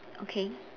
okay